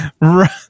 right